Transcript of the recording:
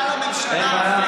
כי החברים שלך לממשלה,